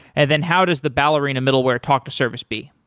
and then how does the ballerina middleware talk to service b?